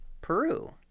Peru